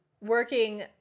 working